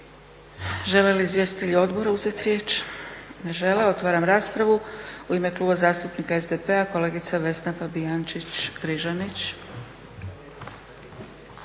Žele li izvjestitelji odbora uzeti riječ? Ne žele. Otvaram raspravu. U ime Kluba zastupnika SDP-a kolegica Vesna Fabijančić-Križanić.